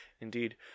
Indeed